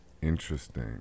interesting